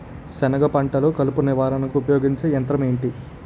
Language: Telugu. సెనగ పంటలో కలుపు నివారణకు ఉపయోగించే యంత్రం ఏంటి?